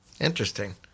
Interesting